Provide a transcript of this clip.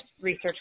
research